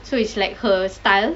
so it's like her style